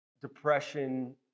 depression